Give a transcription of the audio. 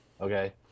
Okay